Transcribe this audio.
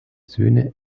söhne